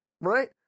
right